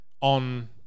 on